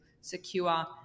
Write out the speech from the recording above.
secure